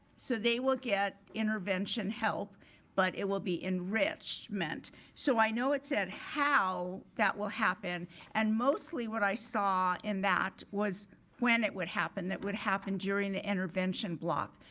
so they will get intervention help but it will be enrichment. so i know it said how that will happen and mostly what i saw in that was when it would happen. it would happen during the intervention block.